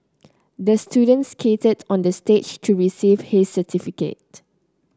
the student skated on the stage to receive his certificate